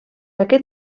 aquest